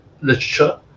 literature